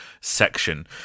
section